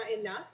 enough